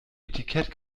etikett